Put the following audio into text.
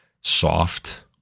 soft